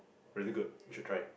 really good you should try